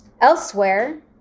elsewhere